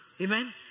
Amen